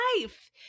life